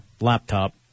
laptop